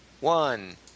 one